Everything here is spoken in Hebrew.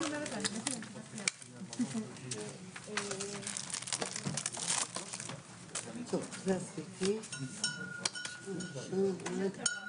הישיבה ננעלה בשעה 14:30.